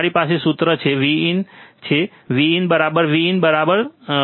તમારી પાસે એક સૂત્ર છે જે Vin છે Vin બરાબર Vin બરાબર શું છે